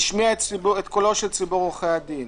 השמיעה את קולו של ציבור החייבים